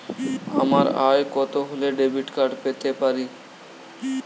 আমার আয় কত হলে ডেবিট কার্ড পেতে পারি?